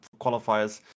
qualifiers